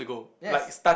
yes